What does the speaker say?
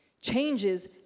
changes